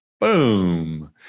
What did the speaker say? boom